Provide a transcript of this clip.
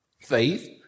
Faith